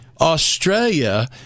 Australia